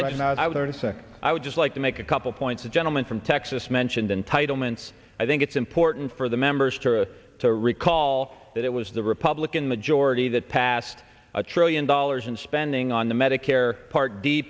second i would just like to make a couple points the gentleman from texas mentioned entitlements i think it's important for the members to to recall that it was the republican majority that passed a trillion dollars in spending on the medicare par